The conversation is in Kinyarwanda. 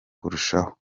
kurushaho